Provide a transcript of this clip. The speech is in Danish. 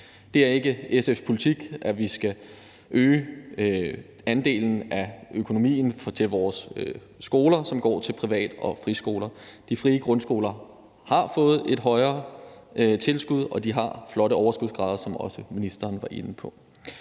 Det er ikke SF's politik, at vi skal øge andelen af økonomien til vores skoler og så lade den gå til privat- og friskoler. De frie grundskoler har fået et højere tilskud, og de har flotte overskudsgrader, som også ministeren var inde på.